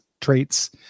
traits